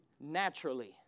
naturally